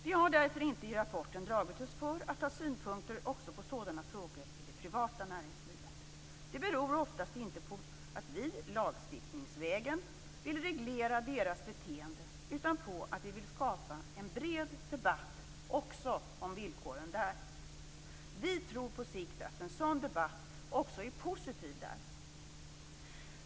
Vi har därför inte i rapporten dragit oss för att ha synpunkter också på sådana frågor i det privata näringslivet. Det beror oftast inte på att vi lagstiftningsvägen vill reglera deras beteende utan på att vi vill skapa en bred debatt också om villkoren där. Vi tror på sikt att en sådan debatt också är positiv där.